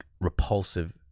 repulsive